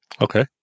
Okay